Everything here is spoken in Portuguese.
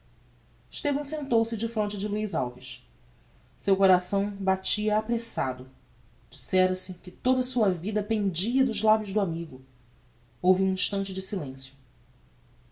estevão sentou-se defronte de luiz alves seu coração batia appressado dissera se que toda a sua vida pendia dos labios do amigo houve um instante de silencio